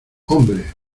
hombre